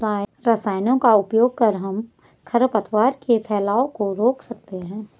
रसायनों का उपयोग कर हम खरपतवार के फैलाव को रोक सकते हैं